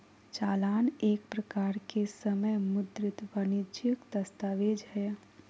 चालान एक प्रकार के समय मुद्रित वाणिजियक दस्तावेज हय